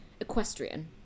equestrian